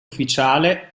ufficiale